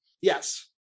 Yes